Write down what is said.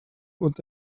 und